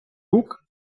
рук